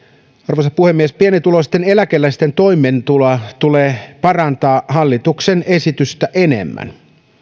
arvoisa puhemies pienituloisten eläkeläisten toimeentuloa tulee parantaa hallituksen esitystä enemmän